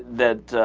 that ah.